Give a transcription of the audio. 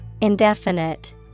Indefinite